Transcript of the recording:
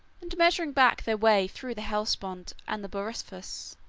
and measuring back their way through the hellespont and the bosphorus,